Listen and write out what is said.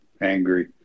angry